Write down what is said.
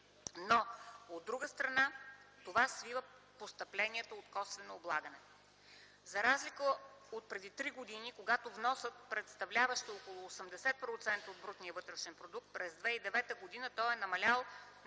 но, от друга страна, това свива постъпленията от косвеното облагане . За разлика отпреди три години, когато вносът представляваше около 80% от БВП, през 2009 г. той е намалял